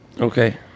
okay